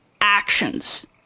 actions